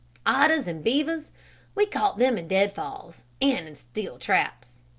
otters and beavers we caught them in deadfalls and in steel traps.